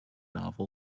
novel